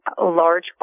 large